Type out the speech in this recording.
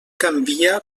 canvia